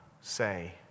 say